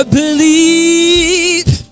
believe